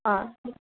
অঁ